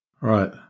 Right